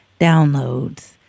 downloads